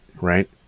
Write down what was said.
Right